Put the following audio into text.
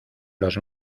los